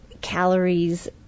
calories